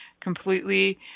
completely